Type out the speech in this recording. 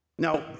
Now